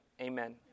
amen